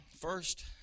first